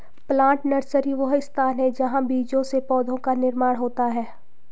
plant nursery वह स्थान है जहां बीजों से पौधों का निर्माण होता है